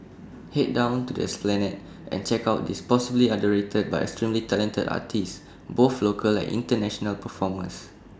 Head down to the esplanade and check out these possibly underrated but extremely talented artists both local and International performers